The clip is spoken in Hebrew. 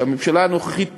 שהממשלה הנוכחית